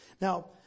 Now